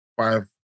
five